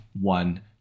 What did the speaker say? one